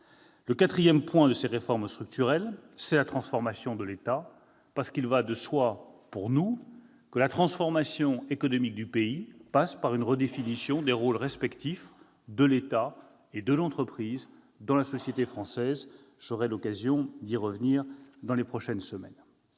Le quatrième aspect de ces réformes structurelles, c'est la transformation de l'État. En effet, il va de soi, pour nous, que la transformation économique du pays passe par une redéfinition des rôles respectifs de l'État et de l'entreprise dans la société française. J'aurai l'occasion d'y revenir dans les prochaines semaines.